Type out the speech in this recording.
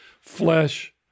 flesh